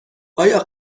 آیا